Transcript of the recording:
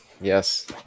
Yes